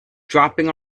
dropping